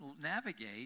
navigate